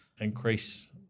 increase